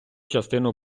частину